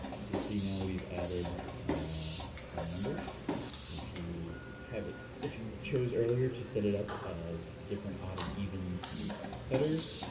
see see now we've added our numbers. and if you have it, if you choose earlier to set it up as different odd and even headers,